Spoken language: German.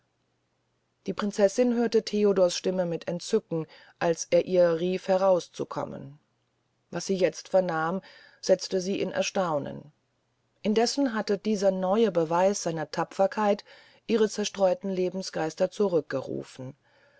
die prinzessin hörte theodors stimme mit entzücken als er ihr rief herauszukommen was sie jetzt vernahm setzte sie in erstaunen indessen hatte dieser neue beweis seiner tapferkeit ihre zerstreuten lebensgeister